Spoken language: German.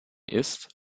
ist